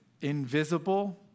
invisible